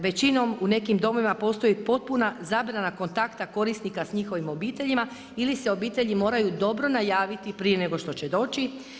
Većinom u nekim domovima postoji potpuna zabrana kontakta korisnika s njihovim obiteljima ili se obitelji moraju dobro najaviti prije nego što će doći.